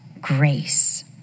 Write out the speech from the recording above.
grace